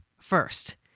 first